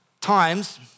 times